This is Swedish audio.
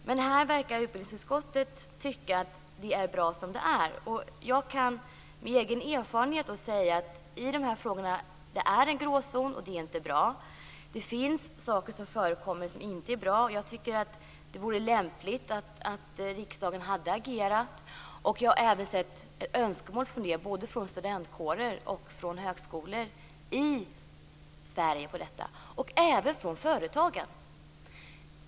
Men utbildningsutskottet verkar tycka att det är bra som det är. Jag kan av egen erfarenhet säga att det i de här frågorna finns en gråzon, och det är inte bra. Det förekommer saker som inte är bra. Jag tycker att det hade varit lämpligt att riksdagen hade agerat. Jag har även sett önskemål om det både från studentkårer och högskolor i Sverige och även från företagen.